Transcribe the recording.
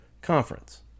conference